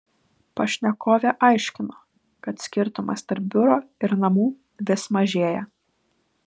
pašnekovė aiškino kad skirtumas tarp biuro ir namų vis mažėja